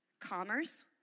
commerce